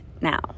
now